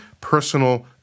personal